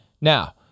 Now